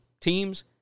teams